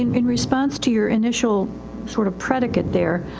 um in response to your initial sort of predicate there.